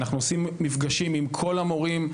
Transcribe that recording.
אנחנו עושים מפגשים עם כל המורים,